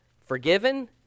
forgiven